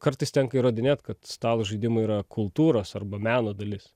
kartais tenka įrodinėt kad stalo žaidimai yra kultūros arba meno dalis